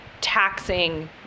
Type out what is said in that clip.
taxing